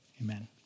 amen